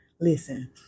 Listen